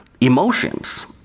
emotions